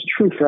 true